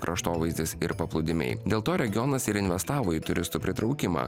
kraštovaizdis ir paplūdimiai dėl to regionas ir investavo į turistų pritraukimą